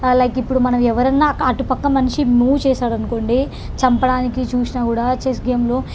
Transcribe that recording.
like ఇప్పుడు మనం ఎవరన్నా అటు పక్క మనిషి మూవ్ చేసాడనుకోండి చంపడానికి చూసిన కూడా చెస్ గేమ్లో